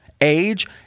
age